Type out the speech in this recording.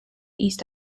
east